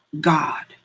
God